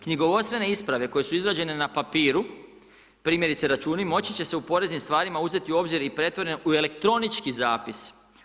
Knjigovodstvene isprave koje su izrađene na papiru primjerice računi moći će se u poreznim stvarima uzeti u obzir i pretvorene u elektronički zapis.